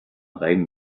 rhein